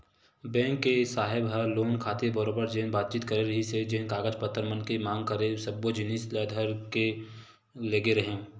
bank के साहेब ह लोन खातिर बरोबर जेन बातचीत करे रिहिस हे जेन कागज पतर मन के मांग करे सब्बो जिनिस ल धर के लेगे रेहेंव